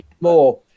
more